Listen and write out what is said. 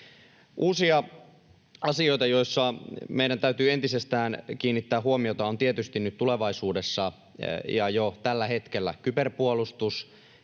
Uusia asioita, joihin meidän täytyy entisestään kiinnittää huomiota, ovat tietysti nyt tulevaisuudessa ja jo tällä hetkellä kyberpuolustus